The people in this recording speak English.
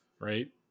right